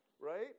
right